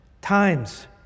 times